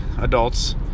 adults